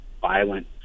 violent